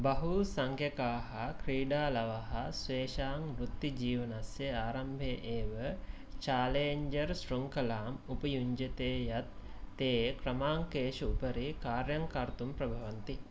बहू संक्यकाः क्रीडालवः स्वेषां वृत्तिजीवनस्य आरम्भे एव चालेञ्जर् श्रृङ्खलाम् उपयुञ्जते यत् ते क्रमाङ्केषु उपरि कार्यं कर्तुं प्रभवन्ति